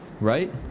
right